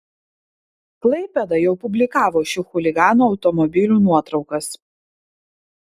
klaipėda jau publikavo šių chuliganų automobilių nuotraukas